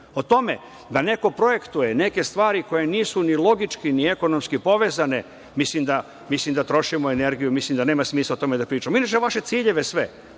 O tome da neko projektuje neke stvari koje nisu ni logički ni ekonomski povezane, mislim da trošimo energiju, mislim da nema smisla o tome da pričamo. Eliminišemo vaše ciljeve sve,